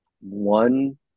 one